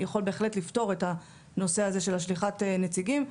יכול בהחלט לפתור את הנושא של השליחת נציגים,